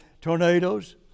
tornadoes